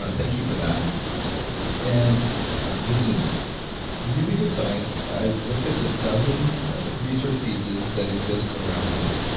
ah thank you for that oh sure and this is really good science. i looked at the dozen research pieces that exist around this,